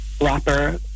rapper